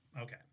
Okay